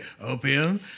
opium